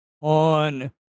on